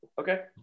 Okay